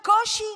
בקושי,